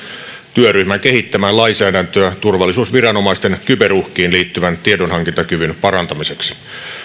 työryhmän kehittämään lainsäädäntöä turvallisuusviranomaisten kyberuhkiin liittyvän tiedonhankintakyvyn parantamiseksi